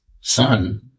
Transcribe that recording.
son